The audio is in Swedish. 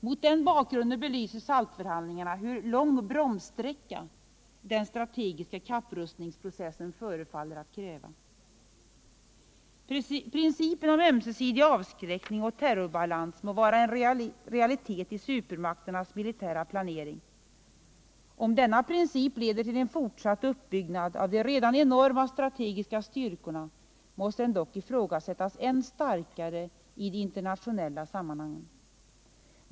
Mot den bakgrunden belyser SALT-förhandlingarna hur lång bromssträcka den strategiska kapprustningsprocessen förefaller att kräva. Principen om ömsesidig avskräckning och terrorbalans må vara en realitet i supermakternas militära planering. Om denna princip leder till en fortsatt utbyggnad av de redan enorma strategiska styrkorna måste den dock ifrågasättas än starkare i de internationella sammanhangen.